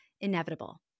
inevitable